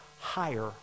higher